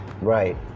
Right